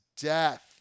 death